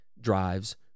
drives